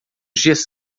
dias